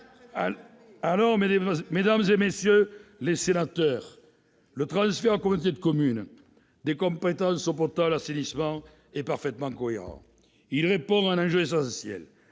! Mesdames, messieurs les sénateurs, le transfert aux communautés de communes des compétences « eau potable » et « assainissement » est parfaitement cohérent. Il répond à un enjeu essentiel